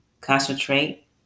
Concentrate